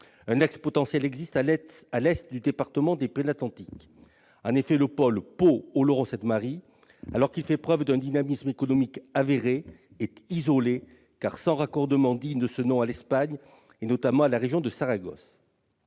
Un axe potentiel existe à l'est du département des Pyrénées-Atlantiques. En effet, le pôle Pau-Oloron-Sainte-Marie, alors qu'il fait preuve d'un dynamisme économique avéré, est isolé, car sans raccordement digne de ce nom à l'Espagne, notamment à la région de Saragosse.